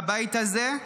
בבית הזה,